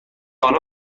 حالا